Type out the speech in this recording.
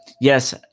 yes